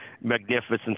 Magnificent